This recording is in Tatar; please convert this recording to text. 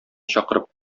чакырып